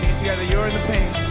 together you're in the pain.